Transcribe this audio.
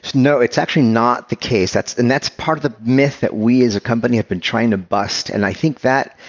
no, it's actually not the case. and that's part of the myth that we as a company have been trying to bust, and i think that